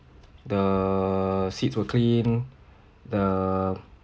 the seats were clean the